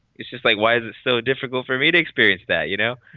it's just like why is it so difficult for me to experience that you know.